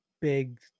big